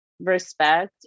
respect